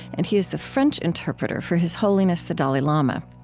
and he is the french interpreter for his holiness the dalai lama.